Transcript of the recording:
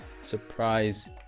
surprise